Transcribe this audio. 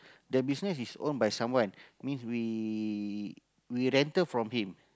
the business is own by someone means we we rental from him